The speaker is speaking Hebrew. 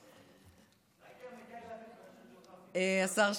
אפרת רייטן מרום (העבודה): אני גמורה.